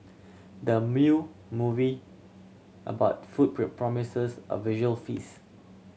the movie about food promises a visual feast